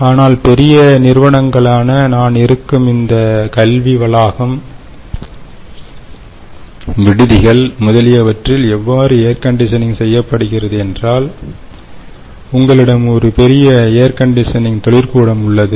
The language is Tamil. ஆனால் பெரிய நிறுவனங்களான நான் இருக்கும் இந்த கல்வி வளாகம்விடுதிகள் முதலியவற்றில் எவ்வாறு ஏர் கண்டிஷனிங் செய்யப்படுகிறது என்றால் உங்களிடம் ஒரு பெரிய ஏர் கண்டிஷனிங் தொழிற்கூடம் உள்ளது